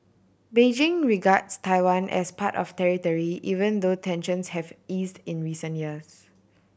Beijing regards Taiwan as part of territory even though tensions have eased in recent years